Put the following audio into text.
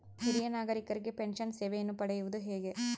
ಹಿರಿಯ ನಾಗರಿಕರಿಗೆ ಪೆನ್ಷನ್ ಸೇವೆಯನ್ನು ಪಡೆಯುವುದು ಹೇಗೆ?